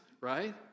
Right